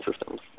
systems